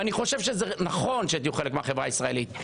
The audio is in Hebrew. ואני חושב שזה נכון שתהיו חלק מהחברה הישראלית,